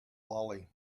lolly